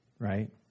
Right